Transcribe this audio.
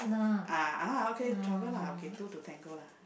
ah ah okay trouble lah okay two to tango lah